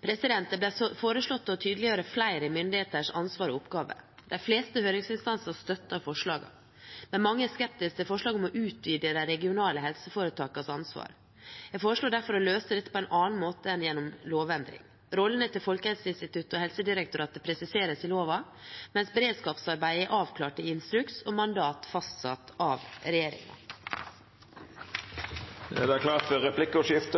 Det ble foreslått å tydeliggjøre flere myndigheters ansvar og oppgaver. De fleste høringsinstanser støtter forslagene, men mange er skeptiske til forslaget om å utvide de regionale helseforetakenes ansvar. Jeg foreslår derfor å løse dette på en annen måte enn gjennom en lovendring. Rollene til Folkehelseinstituttet og Helsedirektoratet presiseres i loven, mens beredskapsarbeidet er avklart i instruks og mandat fastsatt av regjeringen.